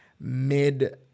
mid